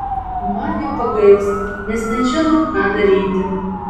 man jo pagailsta nes nežino ką daryti